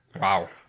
Wow